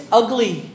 ugly